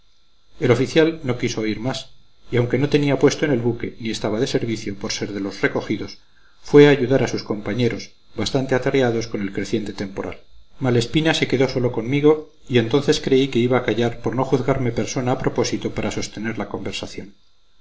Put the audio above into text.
el oficial no quiso oír más y aunque no tenía puesto en el buque ni estaba de servicio por ser de los recogidos fue a ayudar a sus compañeros bastante atareados con el creciente temporal malespina se quedó solo conmigo y entonces creí que iba a callar por no juzgarme persona a propósito para sostener la conversación